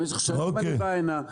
במשך שנים אני בא הנה,